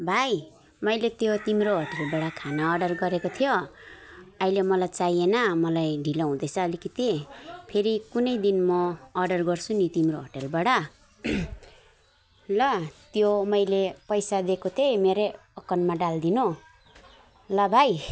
भाई मैले त्यो तिम्रो होटेलबाट खाना अर्डर गरेको थियो अहिले मलाई चाहिएन मलाई ढिलो हुँदैछ अलिकति फेरि कुनै दिन म अर्डर गर्छु नि तिम्रो होटेलबाट ल त्यो मैले पैसा दिएको थिएँ मेरै अकाउन्टमा डालदिनु ल भाइ